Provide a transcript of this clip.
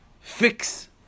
fix